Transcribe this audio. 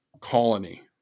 colony